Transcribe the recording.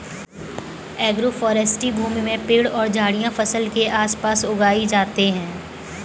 agroforestry भूमि में पेड़ और झाड़ियाँ फसल के आस पास उगाई जाते है